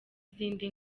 izindi